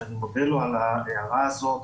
שאני מודה לו על ההערה הזו.